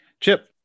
Chip